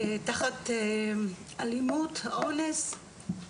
תחת אלימות, אונס.